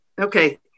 Okay